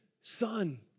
son